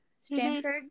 Stanford